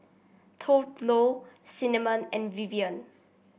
Thurlow Cinnamon and Vivian